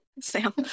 Sam